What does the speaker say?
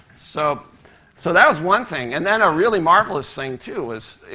so so that was one thing. and then a really marvelous thing, too, was,